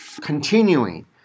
continuing